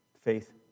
faith